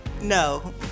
no